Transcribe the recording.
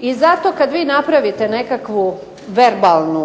I zato kad vi napravite nekakvu verbalnu